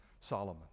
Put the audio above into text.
Solomon